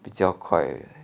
比较快